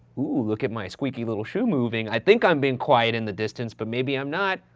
look at my squeaky little shoe moving. i think i'm being quiet in the distance but maybe i'm not.